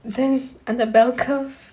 then அந்த:andha bell curve